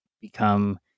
become